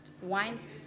wines